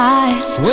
eyes